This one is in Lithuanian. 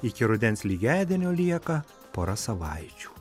iki rudens lygiadienio lieka pora savaičių